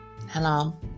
hello